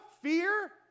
fear